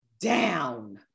down